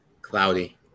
Cloudy